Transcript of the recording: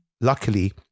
luckily